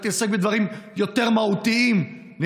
אולי תתעסק בדברים יותר מהותיים מזה,